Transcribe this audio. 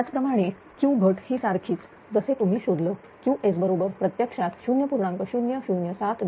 त्याचप्रमाणे Q घट ही सारखीच जसे तुम्ही शोधलं QS बरोबर प्रत्यक्षात 0